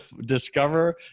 discover